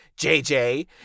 JJ